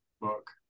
book